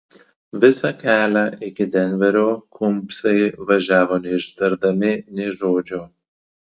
visą kelią iki denverio kumbsai važiavo neištardami nė žodžio